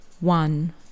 one